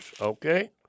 okay